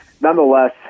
nonetheless